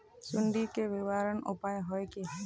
सुंडी के निवारण उपाय का होए?